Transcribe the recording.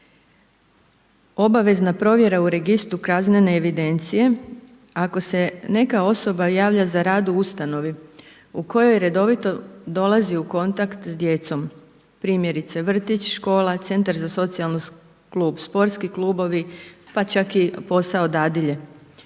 Obavezna provjera u Registru kaznene evidencije, ako se neka osoba javlja za rad u ustanovi, u kojoj redovito dolazi u kontakt s djecom, primjerice vrtić, škola, centar za socijalnu skrb, sportski klubovi pa čak i posao dadilje.